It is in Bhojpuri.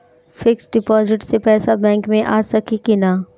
फिक्स डिपाँजिट से पैसा बैक मे आ सकी कि ना?